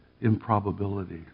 improbability